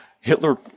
Hitler